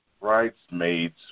bridesmaids